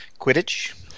Quidditch